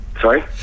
Sorry